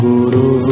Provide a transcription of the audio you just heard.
Guru